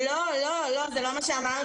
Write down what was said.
לא, לא, זה לא מה שאמרתי.